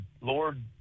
lord